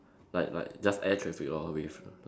like like just air traffic lor